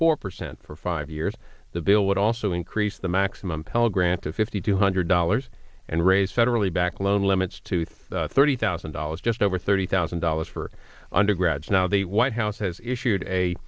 four percent for five years the bill would also increase the maximum pell grant to fifty two hundred dollars and raise federally backed loan limits to the thirty thousand dollars just over thirty thousand dollars for undergrads now the white house has issued a